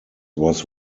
was